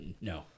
No